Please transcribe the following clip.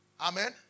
Amen